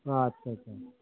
आतसा सा